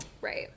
Right